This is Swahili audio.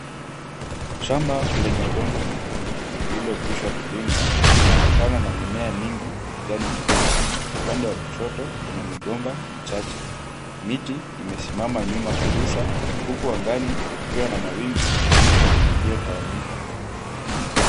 Shamba lenye udongo mwekundu lililokwisha kulimwa linapakana na mimea mingi ya kijani kibichi. Upande wa kushoto kuna migomba michache, miti imesimama nyuma kabisa huku angani kukiwa na mawingu meupe yaliyotawanyika.